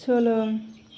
सोलों